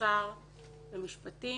אוצר ומשפטים.